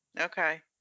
okay